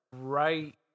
Right